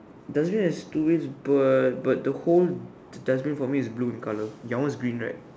does it have two ways but but the whole dustbin for me is blue in colour yours in green right